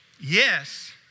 yes